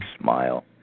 Smile